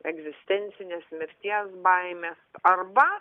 egzistencinės mirties baimė arba